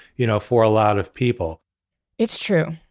you know for a lot of people it's true.